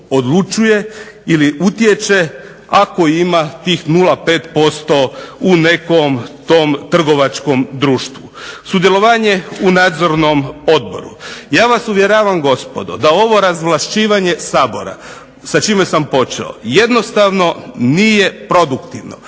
malo što utječe ako ima tih 0,5% u nekom tom trgovačkom društvu. Sudjelovanje u nadzornom odboru. Ja vas uvjeravam gospodo da ovo razvlašćivanje Sabora sa čime sam počeo jednostavno nije produktivno.